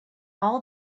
all